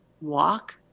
walk